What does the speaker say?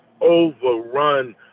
overrun